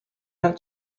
that